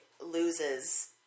loses